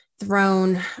thrown